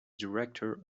director